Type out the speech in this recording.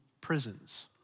prisons